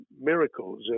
miracles